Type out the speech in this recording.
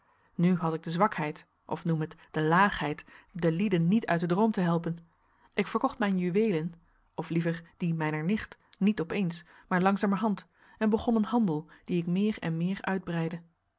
nu had ik de zwakheid of noem het de laagheid de lieden niet uit den droom te helpen ik verkocht mijn juweelen of liever die mijner nicht niet op eens maar langzamerhand en begon een handel dien ik meer en meer uitbreidde